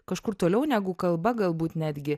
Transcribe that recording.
kažkur toliau negu kalba galbūt netgi